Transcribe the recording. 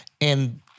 and-